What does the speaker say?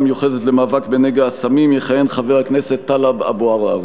המיוחדת למאבק בנגע הסמים יכהן חבר הכנסת טלב אבו עראר.